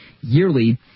yearly